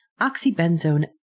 oxybenzone